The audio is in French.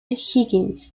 higgins